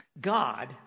God